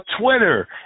Twitter